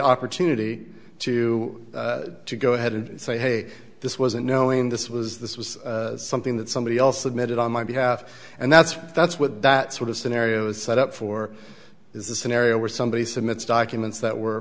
opportunity to go ahead and say hey this wasn't knowing this was this was something that somebody else submitted on my behalf and that's that's what that sort of scenario is set up for is a scenario where somebody submits documents that were